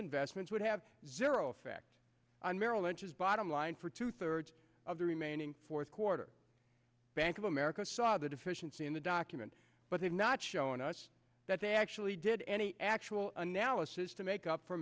investments would have zero effect on merrill lynch's bottom line for two thirds of the remaining fourth quarter bank of america saw the deficiency in the document but have not shown us that they actually did any actual analysis to make up for